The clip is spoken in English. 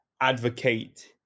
advocate